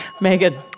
Megan